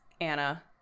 Anna